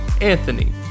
Anthony